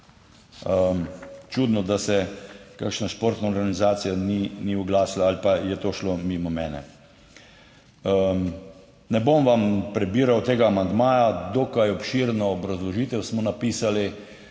Čudno, da se kakšna športna organizacija ni oglasila ali pa je to šlo mimo mene. Ne bom vam prebiral tega amandmaja, dokaj obširno obrazložitev smo napisali.